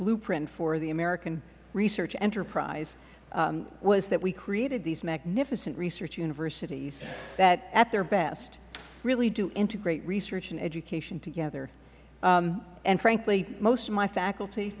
blueprint for the american research enterprise was that we created these magnificent research universities that at their best really do integrate research and education together and frankly most of my facult